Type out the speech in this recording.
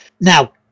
now